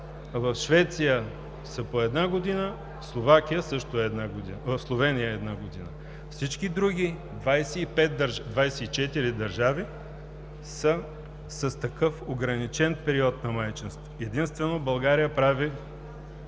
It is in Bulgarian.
в Швеция са по една година, в Словения – една година. Всички други 24 държави са с такъв ограничен период на майчинство. Единствено България прави